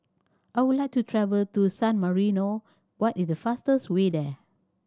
I would like to travel to San Marino what is the fastest way there